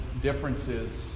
differences